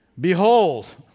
Behold